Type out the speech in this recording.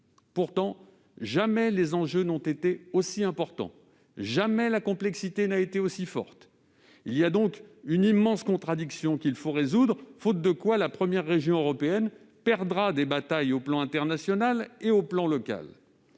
Pourtant, jamais les enjeux n'ont été aussi importants ; jamais la complexité n'a été aussi forte. Il y a donc une immense contradiction qu'il faut résoudre, faute de quoi la première région européenne perdra des batailles au plan international et au plan local.